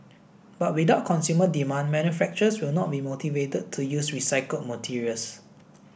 but without consumer demand manufacturers will not be motivated to use recycled materials